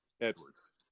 Edwards